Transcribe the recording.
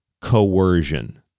coercion